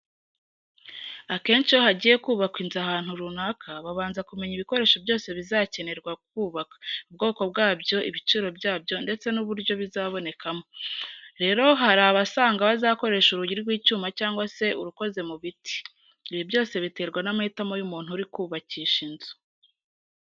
Akenshi iyo hagiye kubakwa inzu ahantu runaka, babanza kumenya ibikoresho byose bizakenerwa bubaka, ubwoko bwabyo, ibiciro byabyo ndetse n'uburyo bizabonekamo. Rero hari abasanga bazakoresha urugi rw'icyuma cyangwa se urukoze mu biti. Ibi byose biterwa n'amahitamo y'umuntu uri kubakisha inzu.